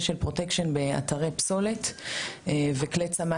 של פרוטקשן באתרי פסולת וכלי ציוד מכני הנדסי,